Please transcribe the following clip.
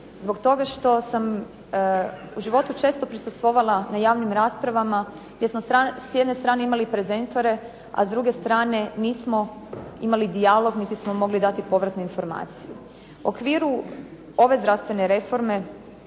zbog toga što sam u životu često prisustvovala na javnim raspravama gdje smo s jedne strane imali prezentore, a s druge strane nismo imali dijalog niti smo mogli dati povratne informacije.